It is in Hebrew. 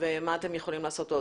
ומה אתם יכולים לעשות עוד.